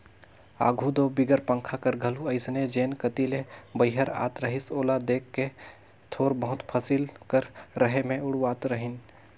आघु दो बिगर पंखा कर घलो अइसने जेन कती ले बईहर आत रहिस ओला देख के थोर बहुत फसिल कर रहें मे उड़वात रहिन